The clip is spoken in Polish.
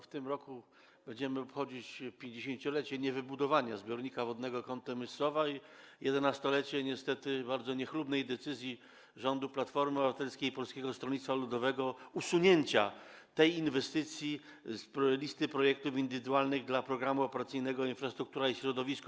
W tym roku będziemy obchodzić 50-lecie niewybudowania zbiornika wodnego Kąty - Myscowa i 11-lecie niestety bardzo niechlubnej decyzji rządu Platformy Obywatelskiej i Polskiego Stronnictwa Ludowego o usunięciu tej inwestycji z listy projektów indywidualnych dla Programu Operacyjnego „Infrastruktura i środowisko”